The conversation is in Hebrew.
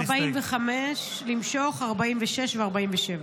45 למשוך, 46 ו-47.